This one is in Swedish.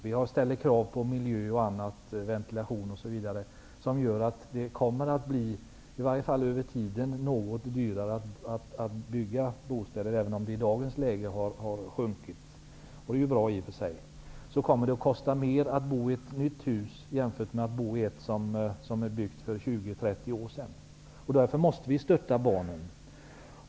Vi ställer krav på miljö, ventilation m.m., vilket gör att det över tiden kommer att bli något dyrare att bygga bostäder. Även om priserna i dagens läge har sjunkit, vilket i och för sig är bra, kommer det att kosta mer att bo i ett nytt hus än i ett som är byggt för 20--30 år sedan. Därför måste vi stötta barnen.